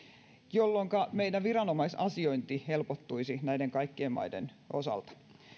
jolloinka meidän viranomaisasiointi helpottuisi näiden kaikkien maiden osalta